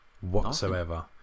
whatsoever